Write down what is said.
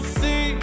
see